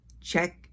check